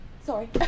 Sorry